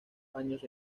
años